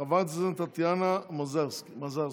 חברת הכנסת טטיאנה מזרסקי.